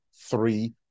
three